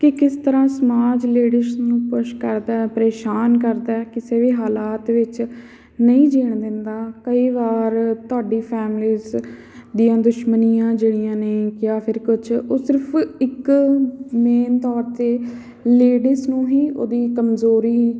ਕਿ ਕਿਸ ਤਰ੍ਹਾਂ ਸਮਾਜ ਲੇਡੀਜ਼ ਨੂੰ ਪੁਸ਼ ਕਰਦਾ ਪਰੇਸ਼ਾਨ ਕਰਦਾ ਕਿਸੇ ਵੀ ਹਾਲਾਤ ਵਿੱਚ ਨਹੀਂ ਜੀਣ ਦਿੰਦਾ ਕਈ ਵਾਰ ਤੁਹਾਡੀ ਫੈਮਲੀਸ ਦੀਆਂ ਦੁਸ਼ਮਣੀਆਂ ਜਿਹੜੀਆਂ ਨੇ ਜਾਂ ਫਿਰ ਕੁਝ ਉਹ ਸਿਰਫ ਇੱਕ ਮੇਨ ਤੌਰ 'ਤੇ ਲੇਡੀਜ਼ ਨੂੰ ਹੀ ਉਹਦੀ ਕਮਜ਼ੋਰੀ